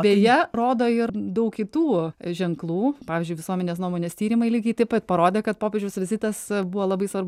beje rodo ir daug kitų ženklų pavyzdžiui visuomenės nuomonės tyrimai lygiai taip pat parodė kad popiežiaus vizitas buvo labai svarbu